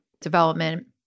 development